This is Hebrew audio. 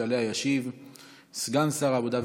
שעליה ישיב סגן שר העבודה,